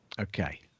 okay